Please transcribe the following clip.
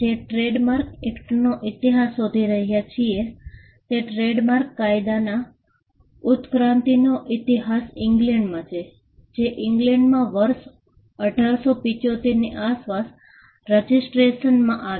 જે ટ્રેડમાર્ક એક્ટનો ઇતિહાસ શોધી રહ્યા છીએ તે ટ્રેડમાર્ક કાયદાના ઉત્ક્રાંતિનો ઇતિહાસ ઇંગ્લેંડમાં છે જે ઇંગ્લેન્ડમાં વર્ષ 1875 ની આસપાસ રજિસ્ટ્રેશન આવ્યું